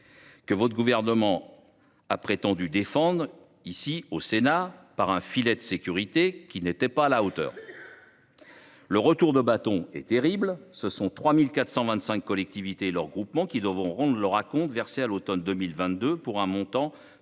que le Gouvernement a prétendu défendre ici, au Sénat, avec un filet de sécurité qui n’était finalement pas à la hauteur. Le retour de bâton est terrible : ce sont 3 425 collectivités et groupements qui devront rendre leur acompte versé à l’automne 2022, pour un montant de 69,8